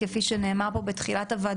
ואי אפשר להתעלם מזה.